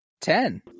ten